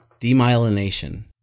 Demyelination